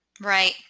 Right